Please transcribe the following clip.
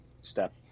step